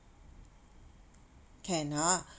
can ah